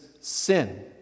sin